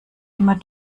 immer